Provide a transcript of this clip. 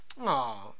Aw